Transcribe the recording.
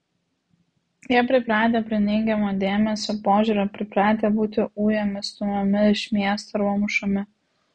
jie pripratę prie neigiamo dėmesio požiūrio pripratę būti ujami stumiami iš miesto arba mušami